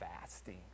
fasting